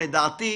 לדעתי,